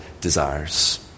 desires